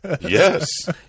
Yes